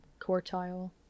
quartile